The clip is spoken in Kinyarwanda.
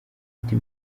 ati